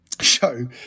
show